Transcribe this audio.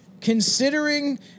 Considering